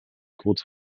kurz